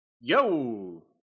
Yo